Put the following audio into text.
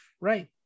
Right